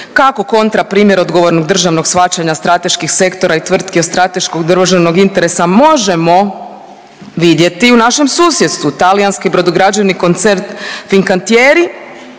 Kako kontra primjer odgovornog državnog shvaćanja strateških sektora i tvrtki od strateškog državnog interesa možemo vidjeti u našem susjedstvu, talijanski brodograđevni koncern Ficantieri